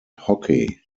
hockey